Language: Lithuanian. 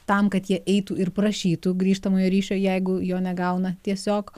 tam kad jie eitų ir prašytų grįžtamojo ryšio jeigu jo negauna tiesiog